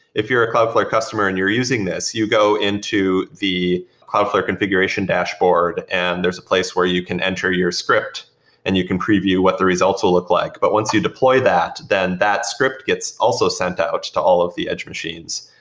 if you're a cloudflare customer and you're using this, you go into the cloudflare configuration dashboard and there's a place where you can enter your script and you can preview what the results will look like. but once you deploy that, then that script gets also sent out to all of the edge machines.